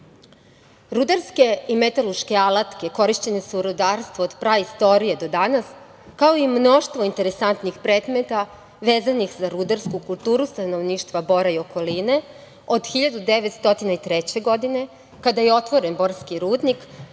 Srbije. Rudarske i metalurške alatke, korišćene su u rudarstvu od praistorije do danas, kao i mnoštvo interesantnih predmeta, vezanih za rudarsku kulturu stanovništva Bora i okoline, od 1903. godine, kada je otvoren Borski rudnik,